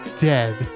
dead